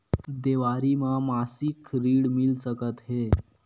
देवारी म मासिक ऋण मिल सकत हे?